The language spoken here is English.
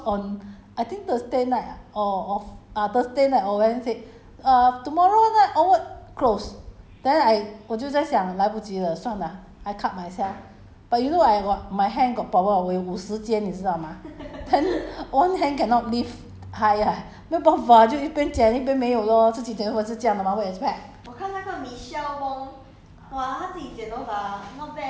因为 I wanted to come and cut but then they they announced on I think thursday night ah or or f~ err thursday night or wednesday err tomorrow night onwards close then I 我就在想来不及了算 lah I cut myself but you know I got my hand got problem [what] 我有五十肩你知道吗 then one hand cannot lift high ah 没有办法就一边剪一边没有 lor 自己剪头发是这样的 mah what you expect